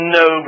no